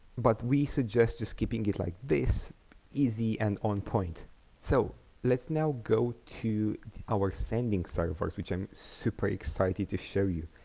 but we suggest just keeping it like this easy and on point so let's now go to our sending servers which i'm super excited to show you